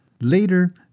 Later